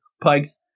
Pike's